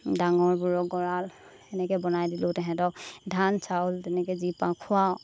ডাঙৰবোৰক গঁৰাল তেনেকৈ বনাই দিলোঁ তাহাঁতক ধান চাউল তেনেকা যি পাওঁ খুৱাওঁ